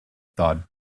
thought